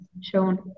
shown